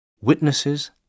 witnesses